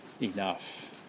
enough